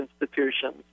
institutions